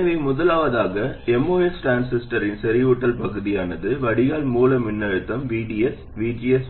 எனவே முதலாவதாக MOS டிரான்சிஸ்டரின் செறிவூட்டல் பகுதியானது வடிகால் மூல மின்னழுத்தம் VDS VGS